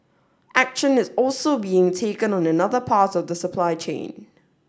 action is also being taken on another part of the supply chain